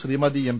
Shrimati M